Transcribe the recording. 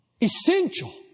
Essential